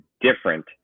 different